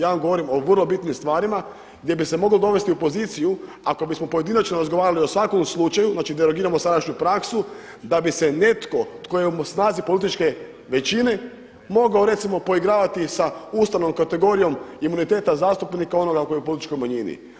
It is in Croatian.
Ja vam govorim o vrlo bitnim stvarima gdje bi se moglo dovesti u poziciju ako bismo pojedinačno razgovarali o svakom slučaju, znači derogiramo sadašnju praksu da bi se netko tko je u snazi političke većine mogao recimo poigravati sa ustavnom kategorijom imuniteta zastupnika onoga koji je u političkoj manjini.